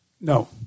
No